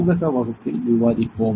ஆய்வக வகுப்பில் விவாதிப்போம்